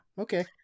okay